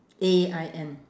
A I N